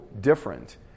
different